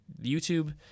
YouTube